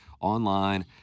online